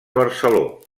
barceló